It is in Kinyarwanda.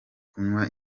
kunywa